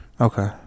Okay